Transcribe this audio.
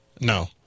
No